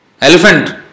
Elephant